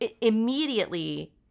immediately